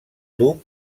duc